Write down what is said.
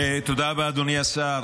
תודה רבה, אדוני השר.